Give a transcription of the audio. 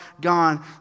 gone